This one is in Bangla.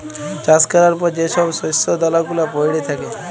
চাষ ক্যরার পর যে ছব শস্য দালা গুলা প্যইড়ে থ্যাকে